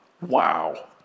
Wow